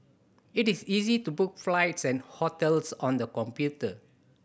it is easy to book flights and hotels on the computer